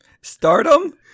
Stardom